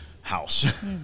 house